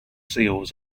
seals